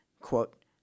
quote